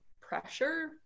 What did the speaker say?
pressure